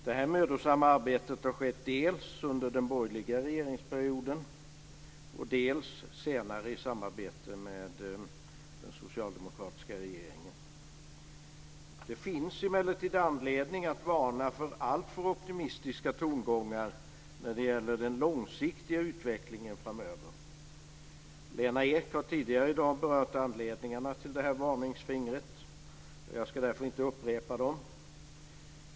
Det har skett dels under den borgerliga regeringsperioden, dels senare i samarbete med den socialdemokratiska regeringen. Det finns emellertid anledning att varna för alltför optimistiska tongångar när det gäller den långsiktiga utvecklingen framöver. Lena Ek har tidigare i dag berört anledningarna till varningsfingret. Jag ska därför inte upprepa dem.